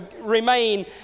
remain